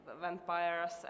vampires